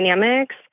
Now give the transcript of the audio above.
dynamics